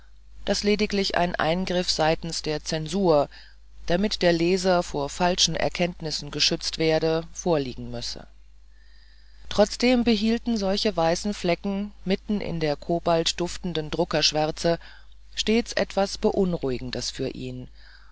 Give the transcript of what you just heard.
daß lediglich ein eingriff seitens der zensur damit der leser vor falschen erkenntnissen geschützt werde vorliegen müsse trotzdem behielten solche weiße flecke mitten in der karbolduftenden druckerschwärze stets etwas beunruhigendes für ihn